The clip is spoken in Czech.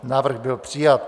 Návrh byl přijat.